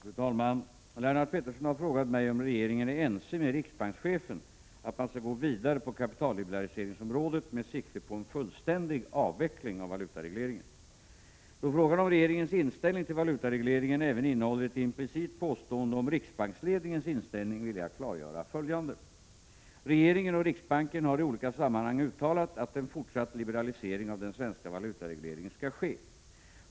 å Fru talman! Lennart Pettersson har frågat mig om regeringen är ense med ESR ENYECEOrSER GV > 5 8 8 BELINg valutaregleringen riksbankschefen om att man skall gå vidare på kapitalliberaliseringsområdet med sikte på en fullständig avveckling av valutaregleringen. Då frågan om regeringens inställning till valutaregleringen även innehåller ett implicit påstående om riksbanksledningens inställning vill jag klargöra följande. Regeringen och riksbanken har i olika sammanhang uttalat att en fortsatt liberalisering av den svenska valutaregleringen skall ske.